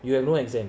you have no exam